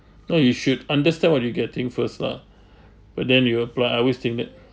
no you should understand what you're getting first lah and then you apply I always think that